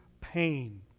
pain